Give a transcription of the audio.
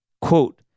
Quote